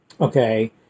okay